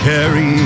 Carry